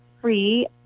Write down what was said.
free